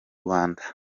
rwanda